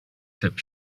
tip